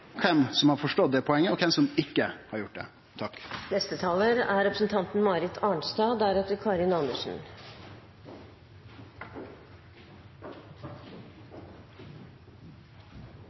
kven som har forstått det poenget, og kven som ikkje har gjort det. Jeg synes nok ikke at det er